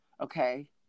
Okay